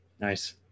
nice